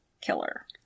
killer